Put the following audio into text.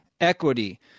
equity